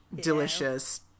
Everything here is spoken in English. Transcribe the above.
delicious